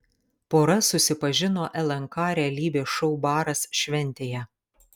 pora susipažino lnk realybės šou baras šventėje